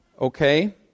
Okay